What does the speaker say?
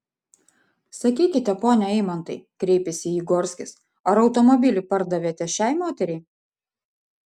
sakykite pone eimantai kreipėsi į jį gorskis ar automobilį pardavėte šiai moteriai